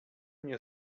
mnie